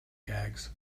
gags